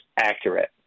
accurate